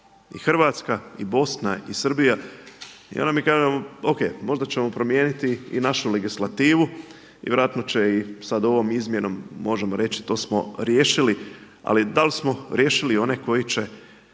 I Hrvatska i Bosna i Srbija. I onda mi kažemo ok, možda ćemo promijeniti i našu legislativu i vjerojatno će i sada ovom izmjenom možemo reći to smo riješili. Ali da li smo riješili i one koji će